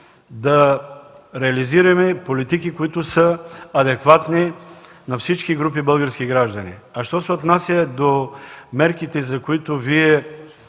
да реализираме политики, които са адекватни на всички групи български граждани. Що се отнася до мерките, за които Вие